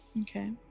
Okay